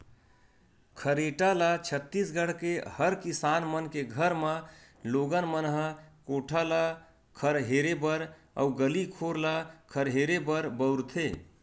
खरेटा ल छत्तीसगढ़ के हर किसान मन के घर म लोगन मन ह कोठा ल खरहेरे बर अउ गली घोर ल खरहेरे बर बउरथे